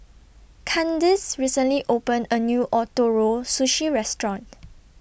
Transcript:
Kandice recently opened A New Ootoro Sushi Restaurant